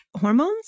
hormones